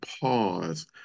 pause